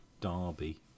Derby